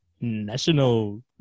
national